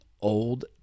Old